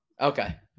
Okay